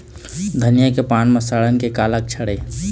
धनिया के पान म सड़न के का लक्षण ये?